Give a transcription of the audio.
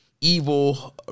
EVIL